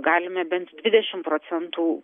galime bent dvidešimt procentų